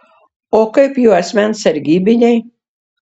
o kaip jo asmens sargybiniai